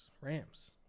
Rams